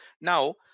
now